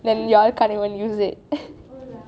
that you all can't even use it